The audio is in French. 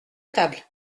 table